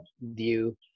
view